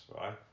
right